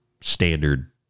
standard